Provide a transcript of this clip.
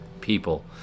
people